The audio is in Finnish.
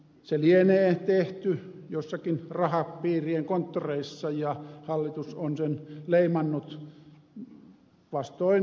se lienee tehty jossakin rahapiirien konttoreissa ja hallitus on sen leimannut vastoin ed